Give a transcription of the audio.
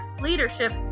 leadership